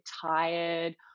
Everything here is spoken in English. tired